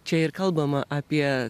čia ir kalbama apie